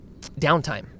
downtime